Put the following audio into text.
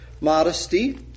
modesty